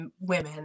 women